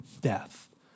death